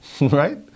right